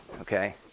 okay